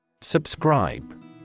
Subscribe